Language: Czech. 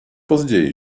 později